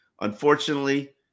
Unfortunately